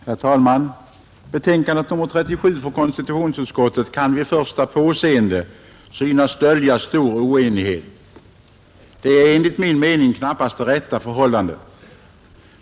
Herr talman! Betänkandet nr 37 från konstitutionsutskottet kan vid första påseendet synas dölja stor oenighet. Detta är enligt min mening knappast det rätta förhållandet.